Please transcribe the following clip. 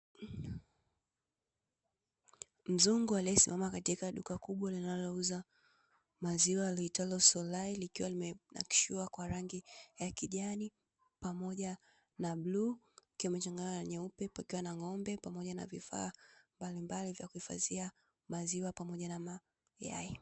Mzungu aliyesimama katika duka kubwa linalouza maziwa liitwalo Sulai likiwa limenakishiwa kwa rangi ya kijani pamoja na bluu ikiwa imechanganywa na nyeupe, pakiwa na ng'ombe pamoja na vifaa mbalimbali vya kuhifadia maziwa pamoja na mayai.